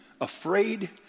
afraid